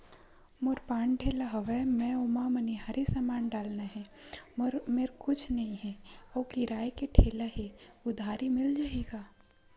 मोर पान ठेला हवय मैं ओमा मनिहारी समान डालना हे मोर मेर कुछ नई हे आऊ किराए के ठेला हे उधारी मिल जहीं का?